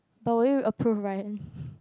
but will you approve Ryan